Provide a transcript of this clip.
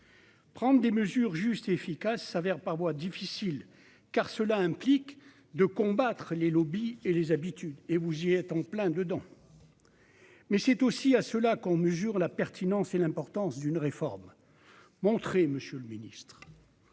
Prendre des mesures justes, efficaces s'avère parfois difficile, car cela implique de combattre les lobbies et les habitudes et vous y êtes en plein dedans, mais c'est aussi à ceux-là qu'on mesure la pertinence et l'importance d'une réforme montrer Monsieur le Ministre